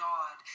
God